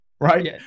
right